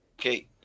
Okay